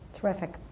Terrific